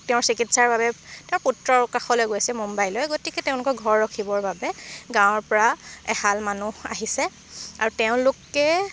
তেওঁৰ চিকিৎসাৰ বাবে তেওঁৰ পুত্ৰৰ কাষলৈ গৈছে মুম্বাইলৈ গতিকে তেওঁলোকৰ ঘৰ ৰখিবৰ বাবে গাঁৱৰ পৰা এহাল মানুহ আহিছে আৰু তেওঁলোকে